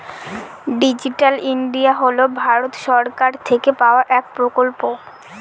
digital India হল ভারত সরকার থেকে পাওয়া এক প্রকল্প